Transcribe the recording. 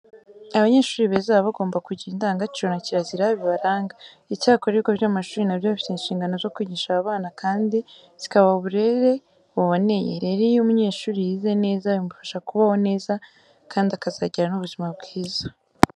Abanyeshuri beza baba bagomba kugira indangagaciro na kirazira bibaranga. Icyakora ibigo by'amashuri na byo bifite inshingano zo kwigisha aba bana kandi zikabaha uburere buboneye. Rero iyo umunyeshuri yize neza bimufasha kubaho neza kandi akazagira n'ubuzima bwiza.